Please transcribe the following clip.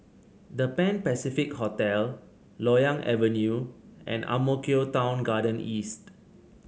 The Pan Pacific Hotel Loyang Avenue and Ang Mo Kio Town Garden East